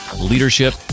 leadership